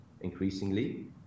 increasingly